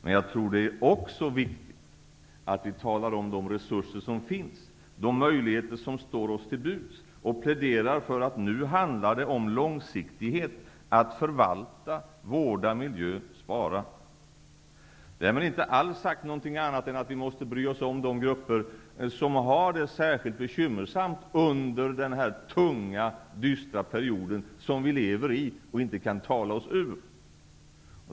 Men jag tror att det också är viktigt att vi talar om de resurser som finns och de möjligheter som står oss till buds och pläderar för att det nu handlar om långsiktighet -- att förvalta, vårda miljön och spara. Därmed inte alls sagt någonting annat än att vi måste bry oss om de grupper som har det särskilt bekymmersamt under denna tunga och dystra period som vi lever i och inte kan tala oss ur.